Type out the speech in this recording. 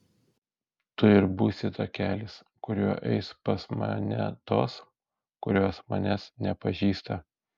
tu ir būsi takelis kuriuo eis pas mane tos kurios manęs nepažįsta